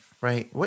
right